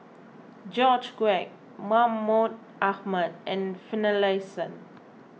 George Quek Mahmud Ahmad and Finlayson